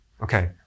Okay